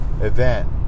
event